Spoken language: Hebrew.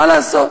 מה לעשות,